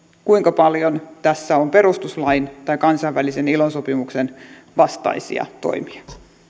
kuinka paljon tässä on perustuslain tai kansainvälisen ilo sopimuksen vastaisia toimia